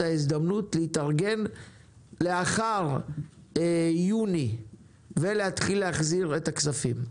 הזדמנות להתארגן לאחר יוני ולהתחיל להחזיר את הכספים.